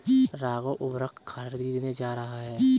राघव उर्वरक खरीदने जा रहा है